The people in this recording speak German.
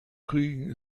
kriegen